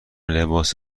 لباس